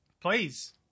Please